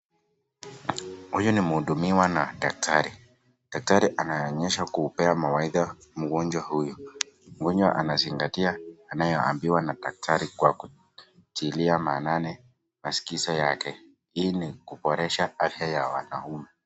Huyo ni mhudumiwa na daktari. Daktari anaonyesha kupea mawaidha mgonjwa huyu. Mgonjwa anazingatia anayoambiwa na daktari kwa kutilia maanani maagizo yake. Hii ni kuboresha afya ya wanaume.